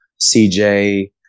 CJ